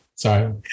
Sorry